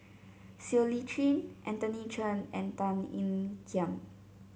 Siow Lee Chin Anthony Chen and Tan Ean Kiam